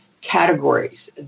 categories